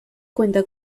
cuenta